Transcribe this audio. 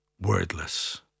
wordless